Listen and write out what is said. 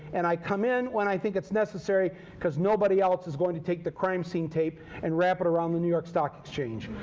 and i come in when i think it's necessary because nobody else is going to take the crime scene tape and wrap it around the new york stock exchange.